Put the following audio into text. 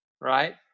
right